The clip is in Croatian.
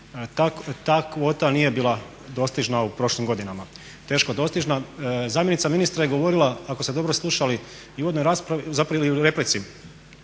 Ta kvota nije bila dostižna u prošlim godinama, teško dostižna. Zamjenica ministra je govorila ako ste dobro slušali i u uvodnoj raspravi, zapravo u replici,